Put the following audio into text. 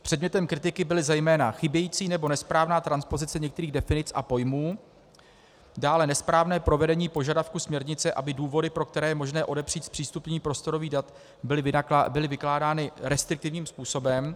Předmětem kritiky byla zejména chybějící nebo nesprávná transpozice některých definic a pojmů, dále nesprávné provedení požadavků směrnice, aby důvody, pro které je možné odepřít zpřístupnění prostorových dat, byly vykládány restriktivním způsobem.